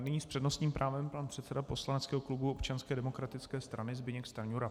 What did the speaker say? Nyní s přednostním právem pan předseda poslaneckého klubu Občanské demokratické strany Zbyněk Stanjura.